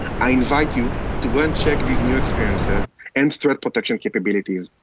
i invite you to go and check these new experiences and threat protection capabilities.